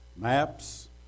maps